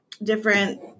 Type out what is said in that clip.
Different